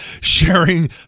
sharing